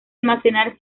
almacenar